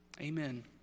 Amen